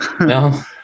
No